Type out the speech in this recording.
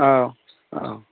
औ औ